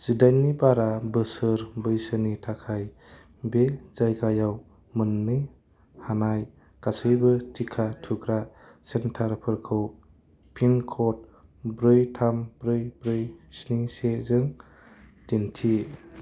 जिदाइननि बारा बोसोर बैसोनि थाखाय बे जायगायाव मोन्नो हानाय गासैबो टिका थुग्रा सेन्टारफोरखौ पिन क'ड ब्रै थाम ब्रै ब्रै स्नि सेजों दिन्थि